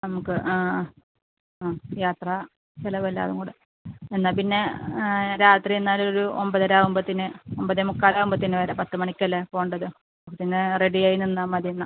നമുക്ക് ആ ആ യാത്രാ ചിലവെല്ലാം കൂടെ എന്നാൽ പിന്നെ രാത്രി എന്നാലൊരു ഒമ്പതര ആവുമ്പത്തിന് ഒമ്പതേ മുക്കാലാവുമ്പത്തേന് വരാം പത്ത് മണിക്കല്ലേ പോവേണ്ടത് പിന്നെ റെഡി ആയി നിന്നാൽ മതി എന്നാൽ